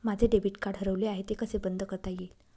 माझे debit card हरवले आहे ते कसे बंद करता येईल?